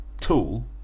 tool